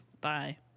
Bye